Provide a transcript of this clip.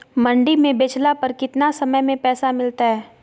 मंडी में बेचला पर कितना समय में पैसा मिलतैय?